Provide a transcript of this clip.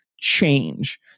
change